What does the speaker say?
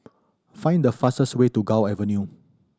find the fastest way to Gul Avenue